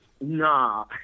Nah